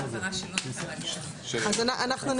אז אנחנו נדלג.